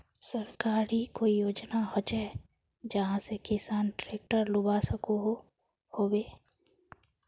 सरकारी कोई योजना होचे जहा से किसान ट्रैक्टर लुबा सकोहो होबे?